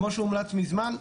כמו שהומלץ מזמן,